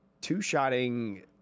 two-shotting